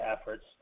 efforts